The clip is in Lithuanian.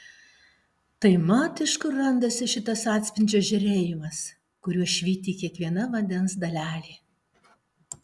tai mat iš kur randasi šitas atspindžio žėrėjimas kuriuo švyti kiekviena vandens dalelė